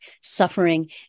suffering